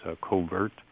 covert